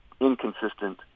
inconsistent